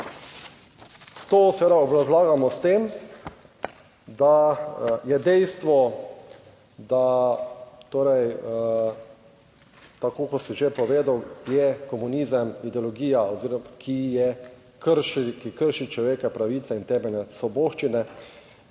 To seveda obrazlagamo s tem, da je dejstvo, da torej tako kot sem že povedal, je komunizem ideologija oziroma ki krši človekove pravice in temeljne svoboščine